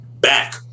back